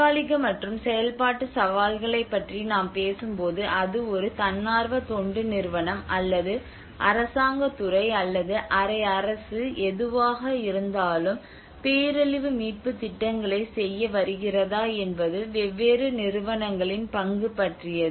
தற்காலிக மற்றும் செயல்பாட்டு சவால்களைப் பற்றி நாம் பேசும்போது அது ஒரு தன்னார்வ தொண்டு நிறுவனம் அல்லது அரசாங்கத் துறை அல்லது அரை அரசு எதுவாக இருந்தாலும் பேரழிவு மீட்புத் திட்டங்களைச் செய்ய வருகிறதா என்பது வெவ்வேறு நிறுவனங்களின் பங்கு பற்றியது